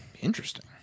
Interesting